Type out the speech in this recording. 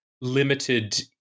limited